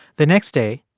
the next day,